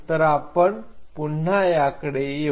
तर आपण पुन्हा याकडे येऊ